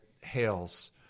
hails